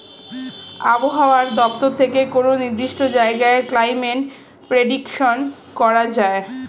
আবহাওয়া দপ্তর থেকে কোনো নির্দিষ্ট জায়গার ক্লাইমেট প্রেডিকশন করা যায়